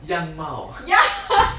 样貌